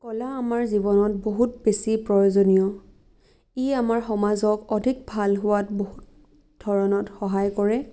কলা আমাৰ জীৱনত বহুত বেছি প্ৰয়োজনীয় ই আমাৰ সমাজক অধিক ভাল হোৱাত বহুত ধৰণত সহায় কৰে